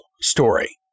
story